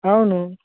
అవును